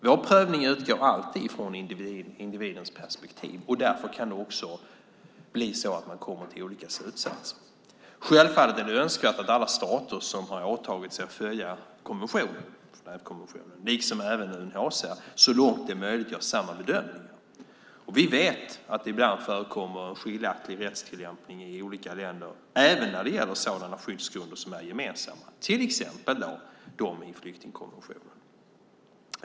Vår prövning utgår alltid från individens perspektiv. Därför kan man komma till olika slutsatser. Självklart är det önskvärt att alla stater som har åtagit sig att följa Genèvekonventionen liksom UNHCR så långt det är möjligt gör samma bedömning. Vi vet att det ibland förekommer skiljaktig rättstillämpning i olika länder, även när det gäller sådana skyddsgrunder som är gemensamma, till exempel dem i flyktingkonventionen.